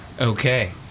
Okay